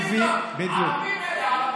המצב החוקי.